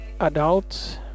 adults